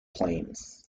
planes